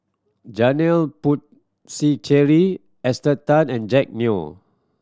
Janil Puthucheary Esther Tan and Jack Neo